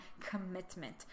commitment